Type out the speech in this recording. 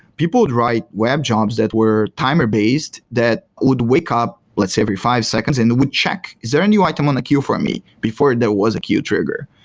people would write web jobs that were timer-based that would wake up, let's say every five seconds and would check, is there a new item on the queue for me before there was a queue trigger?